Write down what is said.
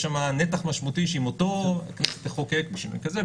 יש שם נתח משמעותי שאם אותו נחוקק בשינוי כזה,